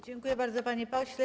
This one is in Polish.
Dziękuję bardzo, panie pośle.